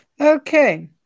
Okay